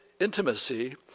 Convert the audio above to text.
intimacy